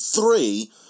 three